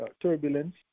turbulence